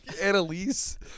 Annalise